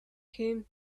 him